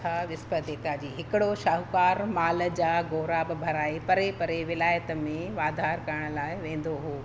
कथा विसपति देवता जी हिकिड़ो शाहूकारु माल जा ग़ोराब भराए परे परे विलायत में वाधार करण लाइ वेंदो हुओ